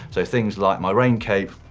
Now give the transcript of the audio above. so things like my rain cape,